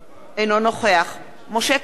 אינו נוכח משה כחלון,